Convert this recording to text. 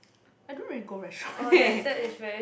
I don't really go restaurant eh